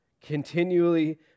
continually